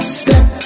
step